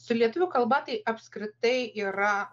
su lietuvių kalba tai apskritai yra